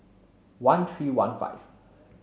one three one five